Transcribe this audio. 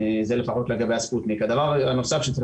זה לגבי הספוטניק.